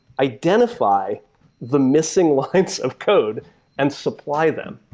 identify the missing lines of code and supply them.